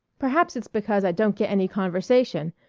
perhaps it's because i don't get any conversation,